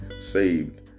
Saved